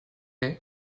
est